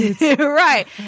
Right